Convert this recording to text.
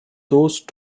those